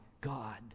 God